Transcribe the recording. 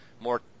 more